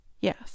Yes